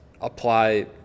apply